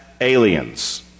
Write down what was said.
aliens